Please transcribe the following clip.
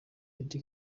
lady